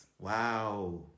wow